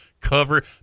Cover